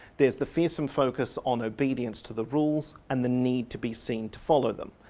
there's the fearsome focus on obedience to the rules and the need to be seen to follow them.